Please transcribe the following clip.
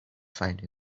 find